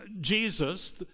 Jesus